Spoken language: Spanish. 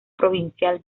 provincial